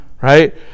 right